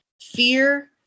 fear